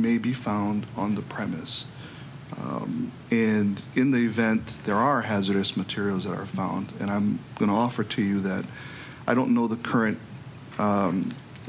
may be found on the premise and in the event there are hazardous materials are found and i'm going to offer to you that i don't know the current